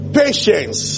patience